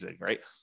right